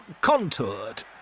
contoured